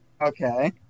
Okay